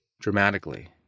dramatically